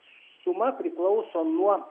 suma priklauso nuo